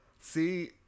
See